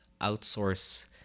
outsource